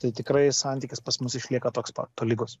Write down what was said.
tai tikrai santykis pas mus išlieka toks pat tolygus